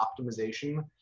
optimization